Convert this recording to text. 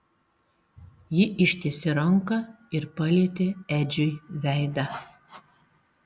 ji ištiesė ranką ir palietė edžiui veidą